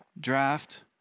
draft